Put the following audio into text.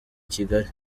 kigali